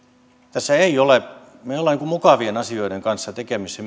me emme ole mukavien asioiden kanssa tekemisissä